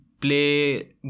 play